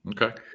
Okay